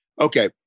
Okay